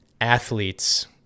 athletes